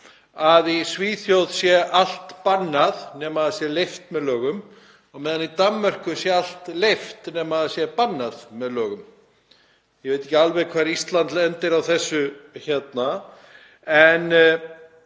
að í Svíþjóð sé allt bannað nema það sé leyft með lögum en í Danmörku sé allt leyft nema það sé bannað með lögum; ég veit ekki alveg hvar Ísland lendir á þeim skala. En